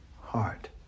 heart